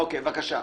איתן,